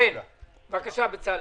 המשך, בצלאל.